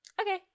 okay